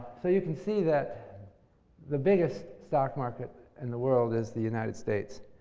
so, you can see that the biggest stock market in the world is the united states.